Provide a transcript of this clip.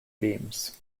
beams